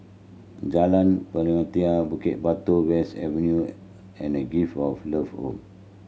Jalan Pelatina Bukit Batok West Avenue and Gift of Love Home